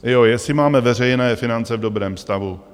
Jo, jestli máme veřejné finance v dobrém stavu.